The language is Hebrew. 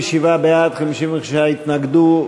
57 בעד, 55 התנגדו.